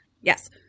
yes